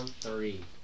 three